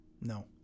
No